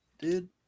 dude